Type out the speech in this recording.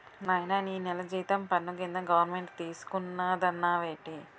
నాయనా నీ నెల జీతం పన్ను కింద గవరమెంటు తీసుకున్నాదన్నావేటి